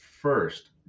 first